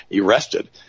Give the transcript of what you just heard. arrested